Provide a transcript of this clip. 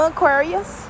Aquarius